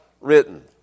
written